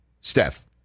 Steph